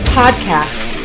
podcast